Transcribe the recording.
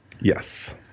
Yes